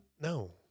No